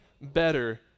better